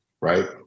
Right